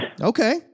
Okay